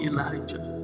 Elijah